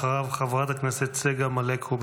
אחריו, חברת הכנסת צגה מלקו.